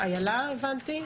איילה הבנתי?